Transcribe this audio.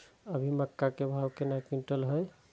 अभी मक्का के भाव केना क्विंटल हय?